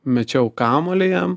mečiau kamuolį jam